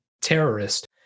terrorist